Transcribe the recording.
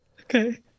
Okay